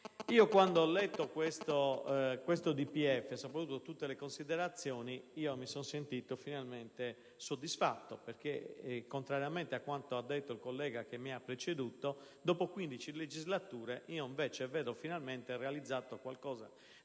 economico-finanziaria, e soprattutto tutte le considerazioni, mi sono sentito finalmente soddisfatto perché, contrariamente a quanto ha detto il collega che mi ha preceduto, dopo 15 legislature vedo finalmente realizzato qualcosa di